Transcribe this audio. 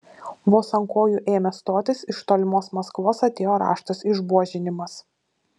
vos ant kojų ėmė stotis iš tolimos maskvos atėjo raštas išbuožinimas